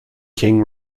king